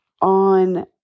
on